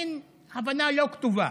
מן הבנה לא כתובה,